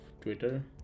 twitter